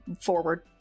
forward